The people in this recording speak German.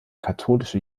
katholische